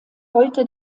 heute